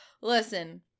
Listen